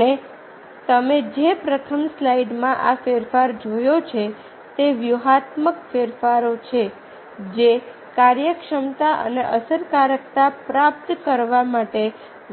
અને તમે જે પ્રથમ સ્લાઇડમાં આ ફેરફાર જોયો છે તે વ્યૂહાત્મક ફેરફારો છે જે કાર્યક્ષમતા અને અસરકારકતા પ્રાપ્ત કરવા માટે